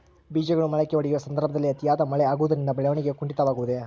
ಬೇಜಗಳು ಮೊಳಕೆಯೊಡೆಯುವ ಸಂದರ್ಭದಲ್ಲಿ ಅತಿಯಾದ ಮಳೆ ಆಗುವುದರಿಂದ ಬೆಳವಣಿಗೆಯು ಕುಂಠಿತವಾಗುವುದೆ?